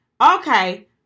Okay